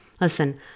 listen